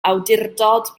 awdurdod